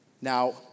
now